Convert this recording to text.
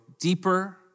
deeper